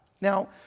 Now